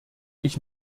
ich